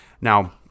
Now